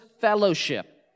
fellowship